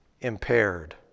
impaired